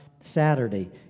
Saturday